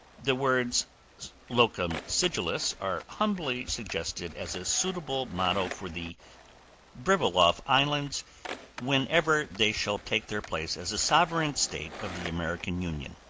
the words locum sigillis are humbly suggested as a suitable motto for the pribyloff islands whenever they shall take their place as a sovereign state of the american union.